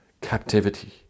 captivity